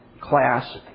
class